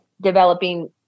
developing